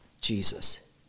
Jesus